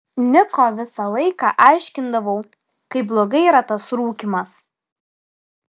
niko visą laiką aiškindavau kaip blogai yra tas rūkymas